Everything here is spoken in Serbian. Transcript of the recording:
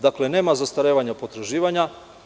Dakle, nema zastarevanja potraživanja.